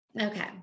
Okay